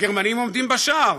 הגרמנים עומדים בשער.